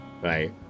right